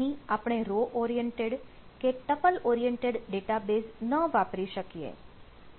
અહીં આપણે row oriented કે ટપલ ઓરિએન્ટેડ ડેટાબેઝ ન વાપરી શકીએ